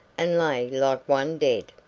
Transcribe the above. and lay like one dead.